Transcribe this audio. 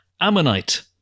Ammonite